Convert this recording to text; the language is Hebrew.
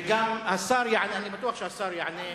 וגם אני בטוח שהשר יענה,